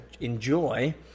enjoy